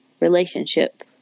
relationship